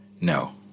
No